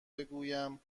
بگویم